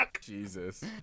Jesus